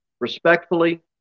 respectfully